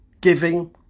giving